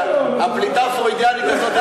הפליטה הפרוידיאנית הזאת,